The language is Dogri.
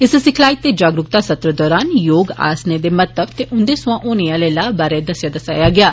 इस सिखलाई ते जागरूकता सत्र दौरान योग आसने दे महतव ते उंदे सोआं होने आले लाह बारै दस्सेआ गेआ